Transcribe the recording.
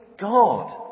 God